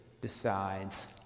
decides